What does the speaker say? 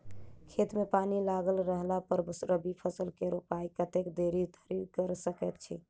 खेत मे पानि लागल रहला पर रबी फसल केँ रोपाइ कतेक देरी धरि कऽ सकै छी?